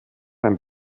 ein